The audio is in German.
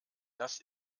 dass